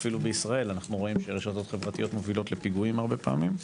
אפילו בישראל אנו רואים שרשתות חברתיות מובילות לפיגועים הרבה פעמים.